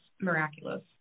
miraculous